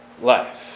life